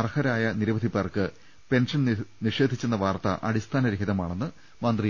അർഹ രായ നിരവധി പേർക്ക് പെൻഷൻ നിഷേധിച്ചെന്ന വാർത്ത അടിസ്ഥാനര ഹിതമാണെന്ന് മന്ത്രി എ